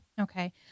Okay